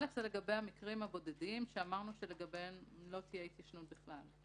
(א) זה לגבי המקרים הבודדים שאמרנו שלגביהם לא תהיה התיישנות בכלל.